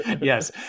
yes